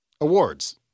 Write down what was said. Awards